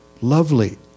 lovely